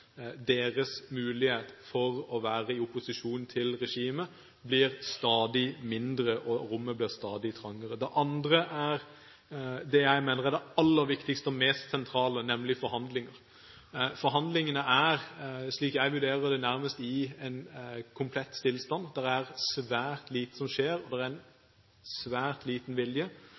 deres mulighet for å være i opposisjon til regimet blir stadig mindre, rommet blir stadig trangere. Det andre er det jeg mener er det aller viktigste og mest sentrale, nemlig forhandlinger. Forhandlingene er – slik jeg vurderer det – i nærmest komplett stillstand. Det er svært lite som skjer, og det er svært liten vilje